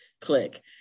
click